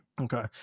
Okay